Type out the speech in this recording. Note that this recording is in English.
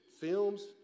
films